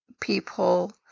people